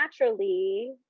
naturally